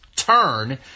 turn